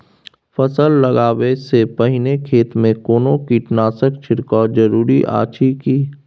फसल लगबै से पहिने खेत मे कोनो कीटनासक छिरकाव जरूरी अछि की?